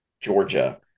georgia